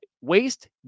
waste